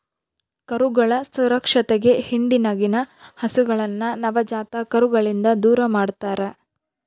ಕರುಗಳ ಸುರಕ್ಷತೆಗೆ ಹಿಂಡಿನಗಿನ ಹಸುಗಳನ್ನ ನವಜಾತ ಕರುಗಳಿಂದ ದೂರಮಾಡ್ತರಾ